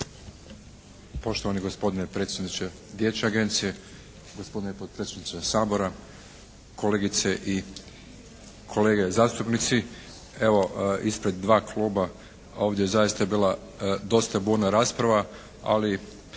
Poštovani gospodine predsjedniče vijeća agencije, gospodine potpredsjedniče Sabora, kolegice i kolege zastupnici. Evo, ispred dva kluba ovdje zaista je bila dosta burna rasprava ali